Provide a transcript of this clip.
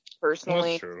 personally